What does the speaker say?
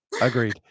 Agreed